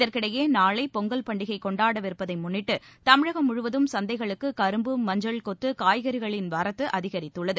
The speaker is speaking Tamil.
இதற்கிடையே நாளை பொங்கல் பண்டிகை கொண்டாடவிருப்பதை முன்னிட்டு தமிழகம் முழுவதும் சந்தைகளுக்கு கரும்பு மஞ்சள் கொத்து காய்கறிகளின் வரத்து அதிகரித்துள்ளது